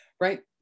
Right